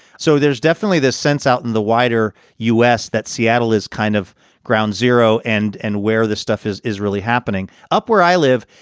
so there's definitely this sense out in the wider u s. that seattle is kind of ground zero. and and where this stuff is, is really happening up where i live.